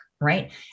right